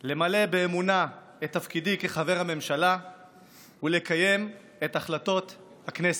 למלא באמונה את תפקידי כחבר הממשלה ולקיים את החלטות הכנסת.